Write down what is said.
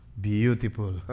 beautiful